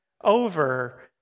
over